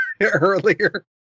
earlier